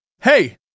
hey